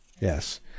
yes